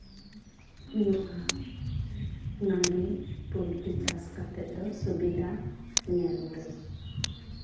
ᱦᱩᱭᱩᱜᱼᱟ ᱚᱱᱟᱜᱮ ᱯᱳᱞᱴᱤ ᱪᱟᱥ ᱠᱟᱛᱮ ᱫᱚ ᱥᱩᱵᱤᱫᱷᱟ ᱧᱮᱞ ᱫᱟᱹᱧ